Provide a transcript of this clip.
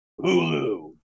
Hulu